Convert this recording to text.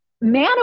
man